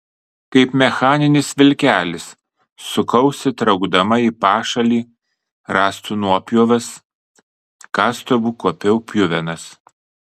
kaip mechaninis vilkelis sukausi traukdama į pašalį rąstų nuopjovas kastuvu kuopiau pjuvenas